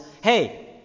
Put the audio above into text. hey